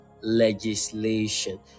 legislation